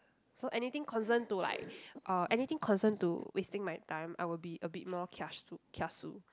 so anything concerned to like uh anything concerned to wasting my time I will be a bit more kiasu kiasu